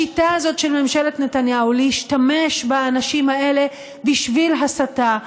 השיטה הזאת של ממשלת נתניהו להשתמש באנשים האלה בשביל הסתה,